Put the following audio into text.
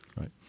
Right